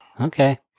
Okay